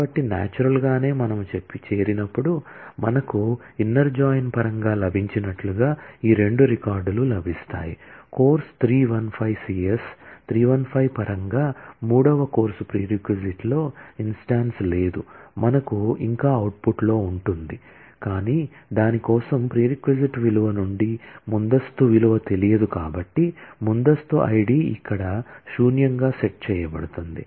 కాబట్టి నాచురల్ గానే మనము జాయిన్ చేసినప్పుడు మనకు ఇన్నర్ జాయిన్ పరంగా లభించినట్లుగా ఈ రెండు రికార్డులు లభిస్తాయి కోర్సు 315 సిఎస్ 315 పరంగా మూడవ కోర్సు ప్రీరెక్లో ఇన్స్టాన్స్ లేదు మనకు ఇంకా అవుట్పుట్లో ఉంటుంది కానీ దాని కోసం ప్రీరిక్ విలువ నుండి ముందస్తు విలువ తెలియదు కాబట్టి ముందస్తు ఐడి ఇక్కడ శూన్యంగా సెట్ చేయబడుతుంది